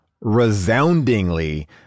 resoundingly